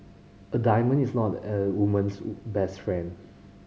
a diamond is not a woman's best friend